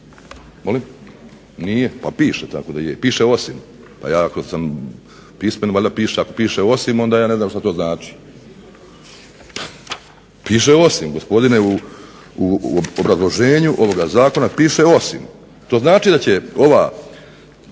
Molim? Nije? Pa piše tako da je, piše osim pa ja ako sam pismen valjda piše osim, onda ja ne znam šta to znači. Piše osim gospodine u obrazloženju ovoga zakona, piše osim. To znači da će Vlada